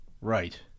right